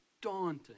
daunting